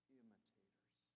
imitators